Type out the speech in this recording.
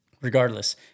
regardless